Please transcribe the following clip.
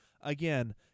again